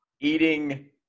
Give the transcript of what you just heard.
Eating